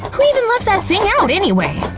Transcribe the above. ah who even left that thing out anyway?